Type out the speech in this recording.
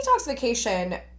detoxification